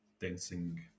dancing